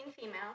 female